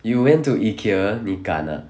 you went to Ikea 你敢 ah